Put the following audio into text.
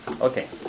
Okay